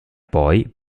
poi